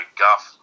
guff